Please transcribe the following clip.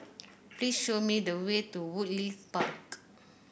please show me the way to Woodleigh Park